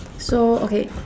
so okay